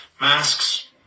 Masks